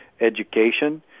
education